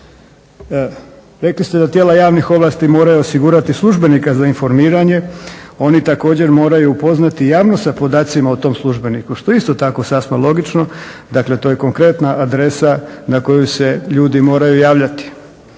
Rekli ste da tijela javnih ovlasti moraju osigurati službenika za informiranje. Oni također moraju upoznati javnost sa podacima o tom službeniku što je isto tako sasma logično. Dakle, to je konkretna adresa na koju se ljudi moraju javljati.